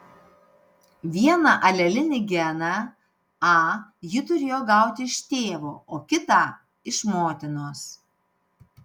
vieną alelinį geną a ji turėjo gauti iš tėvo o kitą iš motinos